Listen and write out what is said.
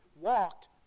walked